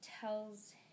tells